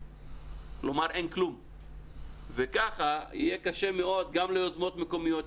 כלומר אין כלום וככה יהיה קשה מאוד גם ליוזמות מקומיות.